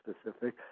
specific